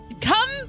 come